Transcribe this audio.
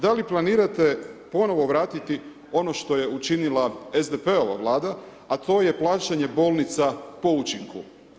Da li planirate ponovo vratiti ono što je učinila SDP-ova vlada a to je plaćanje bolnica po učinku.